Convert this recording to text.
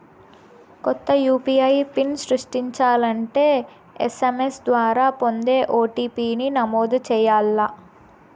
కొత్త UPI pin సృష్టించాలంటే SMS ద్వారా పొందే ఓ.టి.పి.ని నమోదు చేయాల్ల